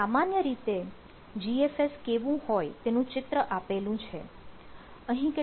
અહીં સામાન્ય રીતે GFS કેવું હોય તેનું ચિત્ર આપેલું છે